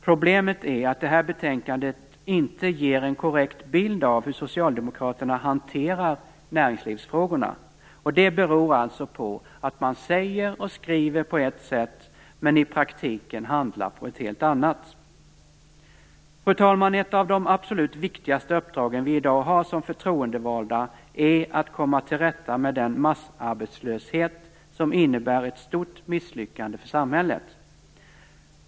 Problemet är att betänkandet inte ger en korrekt bild av hur socialdemokraterna hanterar näringslivsfrågorna. Det beror alltså på att man säger och skriver på ett sätt men i praktiken handlar på ett helt annat. Fru talman! Ett av de absolut viktigaste uppdragen vi i dag har som förtroendevalda är att komma till rätta med den massarbetslöshet som innebär ett stort misslyckande för samhället.